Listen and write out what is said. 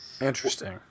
Interesting